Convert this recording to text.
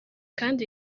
kandi